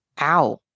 Ow